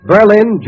Berlin